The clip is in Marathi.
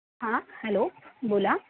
हां हॅलो बोला